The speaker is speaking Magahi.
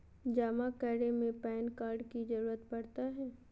जमा करने में पैन कार्ड की जरूरत पड़ता है?